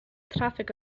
traffig